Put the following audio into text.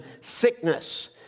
sickness